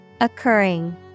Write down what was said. Occurring